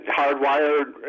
hardwired